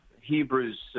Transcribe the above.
Hebrews